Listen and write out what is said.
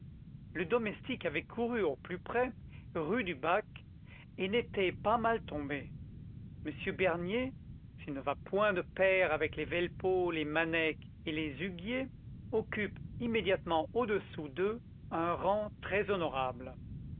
le domestique avait couru au plus près rue du bac et il n'était pas mal tombé m bernier s'il ne va point de pair avec les velpeau les manec et les huguier occupe immédiatement au-dessous d'eux un rang